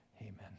Amen